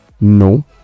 no